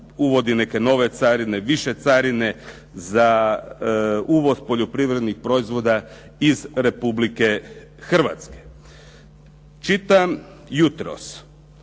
uvodi neke nove carine, više carine za uvoz poljoprivrednih proizvoda iz Republike Hrvatske. Čitam jutros